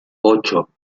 ocho